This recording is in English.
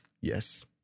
Yes